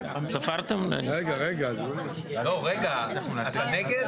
הצבעה ההסתייגויות נדחו ההסתייגויות לא התקבלו.